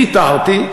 ויתרתי,